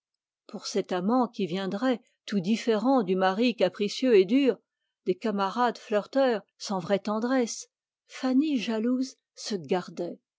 pour cet amant qui viendrait tout différent du mari capricieux et dur des camarades sans vraie tendresse fanny jalouse se gardait